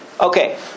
Okay